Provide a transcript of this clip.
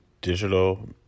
digital